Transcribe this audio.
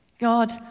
God